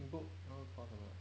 你 book 那个 course 了 mah